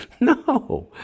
no